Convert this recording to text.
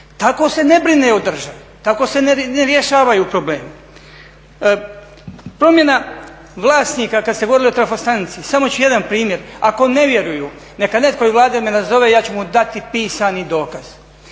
Tako se ne brine o državi, tako se ne rješavaju problemi. Promjena vlasnika kada ste govorili o trafostanici, samo ću jedan primjer. Ako ne vjeruju neka netko iz Vlade me nazove i ja ću mu dati pisani dokaz.